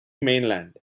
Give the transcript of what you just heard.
mainland